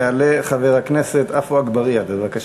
יעלה חבר הכנסת עפו אגבאריה, בבקשה.